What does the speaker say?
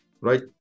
right